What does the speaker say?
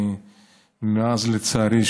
לצערי,